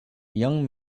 young